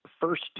first